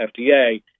FDA